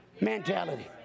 mentality